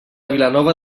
vilanova